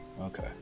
Okay